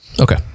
Okay